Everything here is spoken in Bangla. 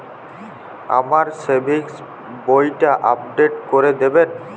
আমার সেভিংস বইটা আপডেট করে দেবেন?